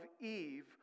Eve